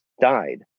died